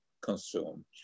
consume